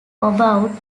about